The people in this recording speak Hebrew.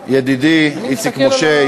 ידידי איציק משה,